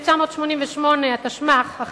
התשמ"ח 1988,